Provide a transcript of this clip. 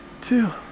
two